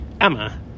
Emma